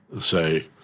Say